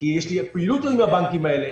כי יש לי פעילות עם הבנקים האלה.